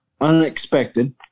unexpected